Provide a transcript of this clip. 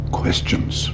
questions